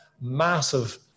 massive